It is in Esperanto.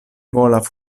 volas